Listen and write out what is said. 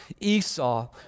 Esau